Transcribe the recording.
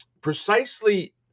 precisely